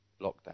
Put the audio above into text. lockdown